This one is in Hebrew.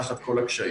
תחת כל הקשיים.